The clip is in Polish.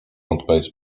odpowiedź